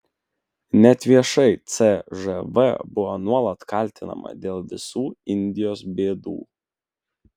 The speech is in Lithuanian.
net viešai cžv buvo nuolat kaltinama dėl visų indijos bėdų